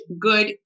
good